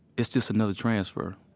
it's just another transfer.